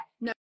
No